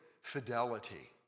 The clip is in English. Fidelity